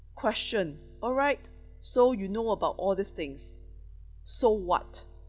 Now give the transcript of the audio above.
question alright so you know about all these things so what